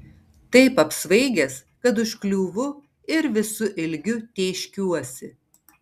taip apsvaigęs kad užkliūvu ir visu ilgiu tėškiuosi